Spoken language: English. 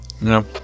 No